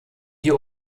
die